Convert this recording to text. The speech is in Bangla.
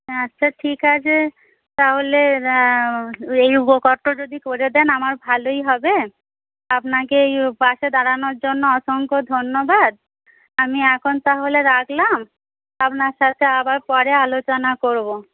হ্যাঁ আচ্ছা ঠিক আছে তাহলে এই উপকারটা যদি করে দেন আমার ভালোই হবে আপনাকে এই পাশে দাঁড়ানোর জন্য অসংখ্য ধন্যবাদ আমি এখন তাহলে রাখলাম আপনার সাথে আবার পরে আলোচনা করব